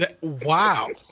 wow